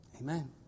Amen